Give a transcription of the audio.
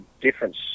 difference